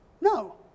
No